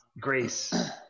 grace